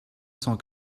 cent